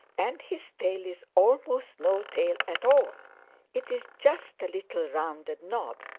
and his tail is almost no tail at all it is just a little rounded knob,